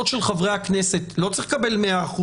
של חברי הכנסת לא צריך לקבל 100%,